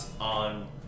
on